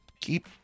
keep